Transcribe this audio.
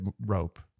rope